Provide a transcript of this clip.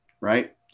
right